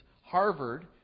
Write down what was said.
Harvard